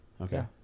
Okay